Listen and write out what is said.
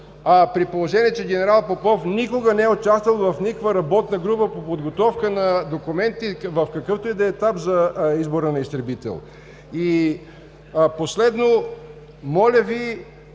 при положение, че генерал Попов никога не е участвал в никаква работна група по подготовка на документи в какъвто и да е етап за избора на изстребител. Последно, моля Ви,